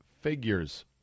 figures